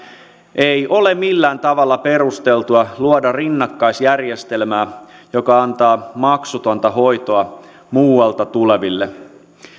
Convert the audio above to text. ei ole millään tavalla perusteltua luoda rinnakkaisjärjestelmää joka antaa maksutonta hoitoa muualta tuleville